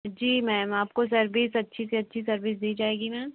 जी ma'am आपको service अच्छी से अच्छी सर्विस दी जाएगी मैम